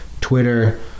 Twitter